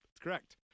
correct